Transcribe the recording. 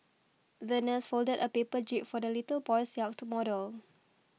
the nurse folded a paper jib for the little boy's yacht model